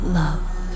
love